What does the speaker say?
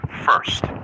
First